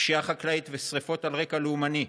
פשיעה חקלאית ושרפות על רקע לאומני,